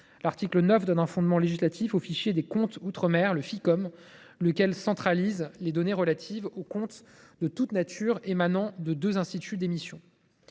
objet de donner un fondement législatif au fichier des comptes d’outre mer, lequel centralise des données relatives aux comptes de toute nature émanant des deux instituts d’émission.